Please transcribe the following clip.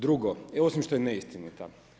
Drugo, osim što je neistinita.